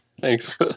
Thanks